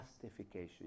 justification